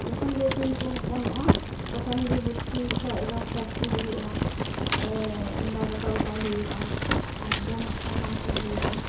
ᱡᱚᱠᱷᱚᱱᱜᱮ ᱥᱤᱢᱠᱚ ᱦᱚᱯᱚᱱᱚᱜᱼᱟ ᱛᱚᱠᱷᱚᱱ ᱜᱮ ᱵᱩᱨᱥᱤ ᱠᱷᱚᱱᱫᱚ ᱯᱷᱮᱴᱠᱚ ᱦᱩᱭᱩᱜᱼᱟ ᱮᱸᱜᱟᱫᱚ ᱛᱚᱞᱠᱟᱭ ᱦᱩᱭᱩᱜᱼᱟ ᱟᱨ ᱡᱚᱢᱟᱜ ᱠᱚ ᱮᱢᱟᱠᱚ ᱦᱩᱭᱩᱜᱼᱟ